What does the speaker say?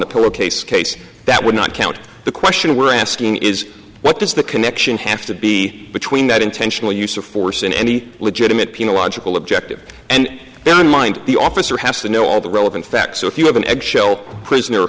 case that would not count the question we're asking is what does the connection have to be between that intentional use of force and any legitimate pina logical objective and then in mind the officer has to know all the relevant facts so if you have an eggshell prisoner